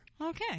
Okay